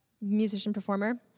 musician-performer